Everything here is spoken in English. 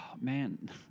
Man